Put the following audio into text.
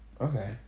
okay